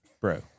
Bro